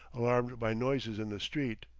alarmed by noises in the street.